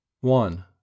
One